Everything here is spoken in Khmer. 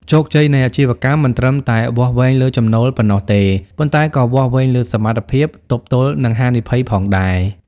ជោគជ័យនៃអាជីវកម្មមិនត្រឹមតែវាស់វែងលើចំណូលប៉ុណ្ណោះទេ ប៉ុន្តែក៏វាស់វែងលើសមត្ថភាព ទប់ទល់នឹងហានិភ័យ ផងដែរ។